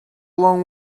long